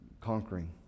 conquering